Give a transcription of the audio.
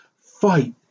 Fight